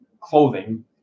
clothing